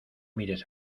mires